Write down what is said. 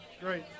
Great